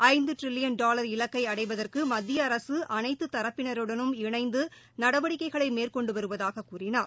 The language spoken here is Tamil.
ஐந்து ட்ரில்லியன் டாவர் இலக்கை அடைவதற்கு மத்திய அரசு அனைத்து தரப்பினருடனும் இணைந்து நடவடிக்கைகளை மேற்கொண்டு வருவதாகக் கூறினார்